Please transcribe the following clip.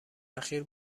اخیر